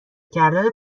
کردن